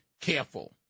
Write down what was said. careful